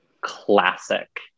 classic